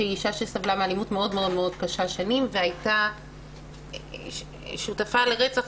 שהיא אישה שסבלה שנים מאלימות מאוד-מאוד קשה והייתה שותפה לרצח,